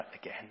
again